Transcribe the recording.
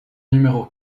numéros